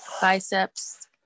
biceps